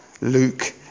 Luke